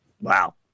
Wow